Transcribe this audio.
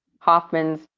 Hoffman's